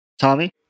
Tommy